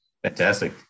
Fantastic